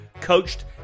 coached